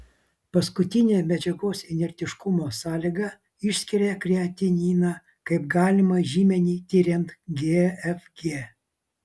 paskutinė medžiagos inertiškumo sąlyga išskiria kreatininą kaip galimą žymenį tiriant gfg